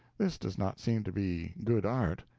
this does not seem to be good art.